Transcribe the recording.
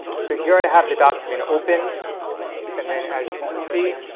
so here i have the document opened and then as you can see